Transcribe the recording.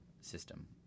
system